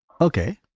okay